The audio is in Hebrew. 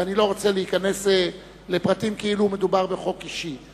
ואני לא רוצה להיכנס לפרטים כאילו מדובר בחוק אישי,